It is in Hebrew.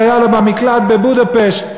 כשהוא היה במקלט בבודפשט,